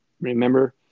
remember